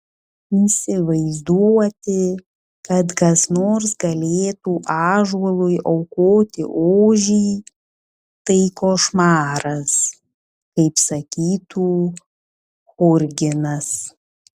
įsivaizduoti kad kas nors galėtų ąžuolui aukoti ožį tai košmaras kaip sakytų churginas